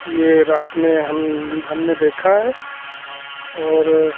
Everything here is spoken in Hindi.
यह रात में हम हमने देखा है और